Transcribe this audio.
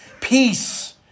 Peace